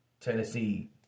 Tennessee